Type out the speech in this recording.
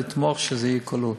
לתמוך בזה שזה יהיה כלול.